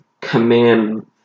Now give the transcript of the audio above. command